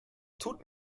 tut